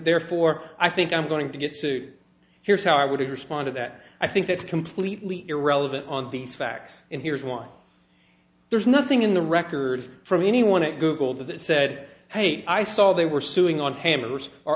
therefore i think i'm going to get sued here's how i would respond to that i think it's completely irrelevant on these facts and here's why there's nothing in the record from anyone at google that said hey i saw they were suing on hammers or